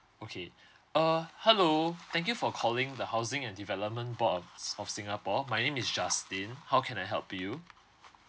okay uh hello thank you for calling the housing and development board of of singapore my name is justin how can I help you